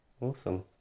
Awesome